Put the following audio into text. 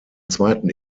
zweiten